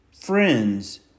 friends